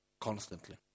constantly